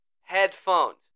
Headphones